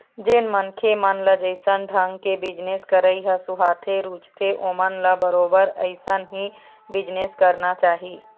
जेन मनखे मन ल जइसन ढंग के बिजनेस करई ह सुहाथे, रुचथे ओमन ल बरोबर अइसन ही बिजनेस करना चाही